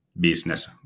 business